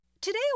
Today